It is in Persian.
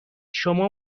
شما